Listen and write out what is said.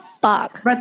fuck